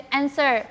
answer